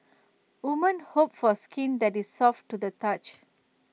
women hope for skin that is soft to the touch